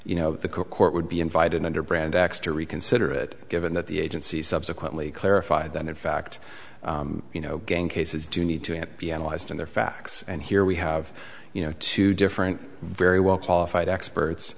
you know the court would be invited under brand x to reconsider it given that the agency subsequently clarified that in fact you know again cases do need to be analyzed in their facts and here we have you know two different very well qualified experts